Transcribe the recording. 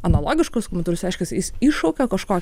analogiškus nu ta prasme reiškias jis iššaukia kažko